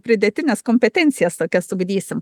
pridėtines kompetencijas tokias ugdysim